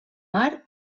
mar